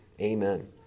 Amen